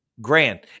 grand